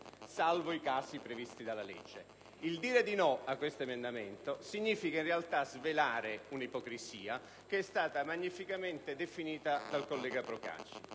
salvo i casi previsti dalla legge. Dire di no a questo emendamento significa, in realtà, svelare un'ipocrisia che è stata magnificamente definita dal collega Procacci.